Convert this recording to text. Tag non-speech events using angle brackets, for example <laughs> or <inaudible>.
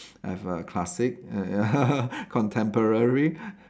I have err classic <laughs> contemporary